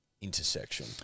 intersection